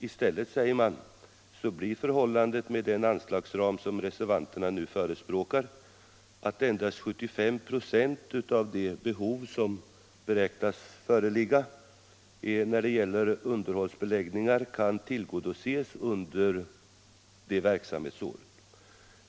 I stället, säger man, blir förhållandet med den anslagsram som reservanterna förespråkar att endast 75 96 av det behov som beräknas föreligga beträffande underhållsbeläggningar kan tillgodoses under det verksamhetsåret.